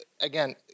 again